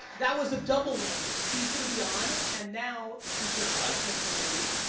that was a double whammy. he's gonna be on and now since your life has been made,